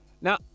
Now